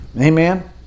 Amen